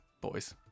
Boys